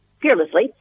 fearlessly